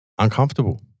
Uncomfortable